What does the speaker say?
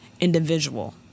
individual